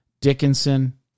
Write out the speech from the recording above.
Dickinson